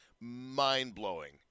mind-blowing